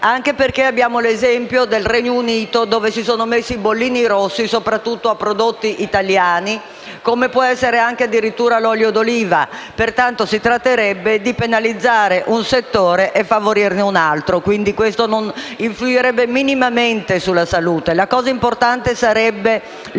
anche perché abbiamo l'esempio del Regno Unito, dove ci sono i bollini rossi su prodotti italiani, come può essere l'olio d'oliva. Pertanto si tratterebbe di penalizzare un settore e favorirne un altro e questo non influirebbe minimamente sulla salute. Le cose importanti sarebbero